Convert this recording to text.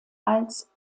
als